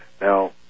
Now